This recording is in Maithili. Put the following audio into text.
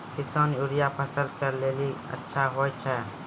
किसान यूरिया फसल के लेली अच्छा होय छै?